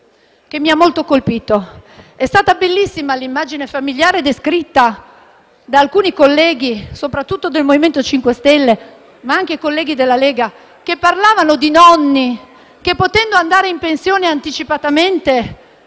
che mi ha molto colpito: è stata bellissima l'immagine familiare descritta da alcuni colleghi, soprattutto del MoVimento 5 Stelle ma anche della Lega, che parlavano dei nonni che, potendo andare in pensione anticipatamente,